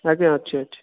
ଆଜ୍ଞା ଅଛି ଅଛି